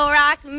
rock